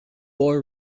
boy